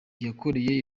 yakoreye